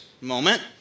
moment